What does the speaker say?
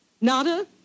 Nada